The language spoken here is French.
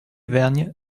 vergnes